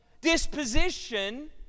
disposition